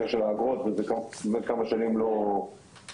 של האגרות וזה באמת כמה שנים לא התקדם.